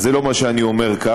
אז זה לא מה שאני אומר כאן.